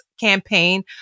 campaign